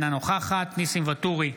אינה נוכחת ניסים ואטורי,